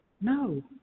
No